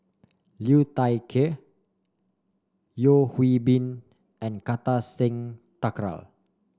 Liu Thai Ker Yeo Hwee Bin and Kartar Singh Thakral